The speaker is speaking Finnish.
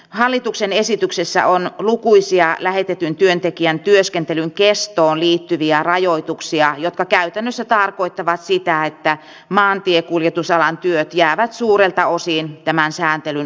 hallituksen esityksessä on lukuisia lähetetyn työntekijän työskentelyn kestoon liittyviä rajoituksia jotka käytännössä tarkoittavat sitä että maantiekuljetusalan työt jäävät suurelta osin tämän sääntelyn ulkopuolelle